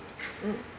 mm